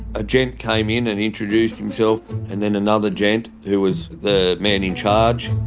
a gent came in and introduced himself and then another gent who was the man in charge,